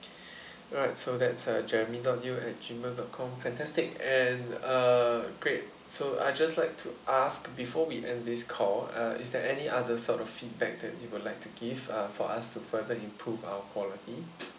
alright so that's uh jeremy dot yeo at gmail dot com fantastic and uh great so I just like to ask before we end this call uh is there any other sort of feedback that you would like to give uh for us to further improve our quality